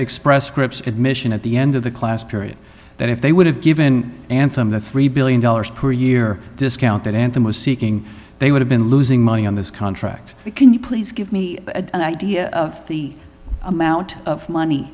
express scripts admission at the end of the class period that if they would have given them the three billion dollars per year discount that anthem was seeking they would have been losing money on this contract can you please give me an idea of the amount of money